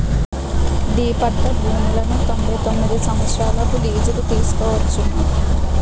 D పట్టా భూములను తొంభై తొమ్మిది సంవత్సరాలకు లీజుకు తీసుకోవచ్చును